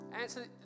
answer